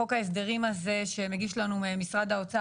חוק ההסדרים הזה שמגיש לנו משרד האוצר